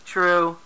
True